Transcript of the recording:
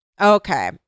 okay